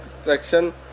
Section